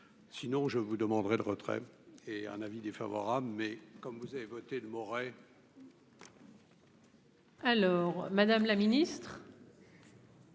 sinon je vous demanderai de retrait et un avis défavorable, mais comme vous avez voté le Moret. Alors Madame la Ministre.